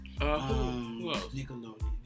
Nickelodeon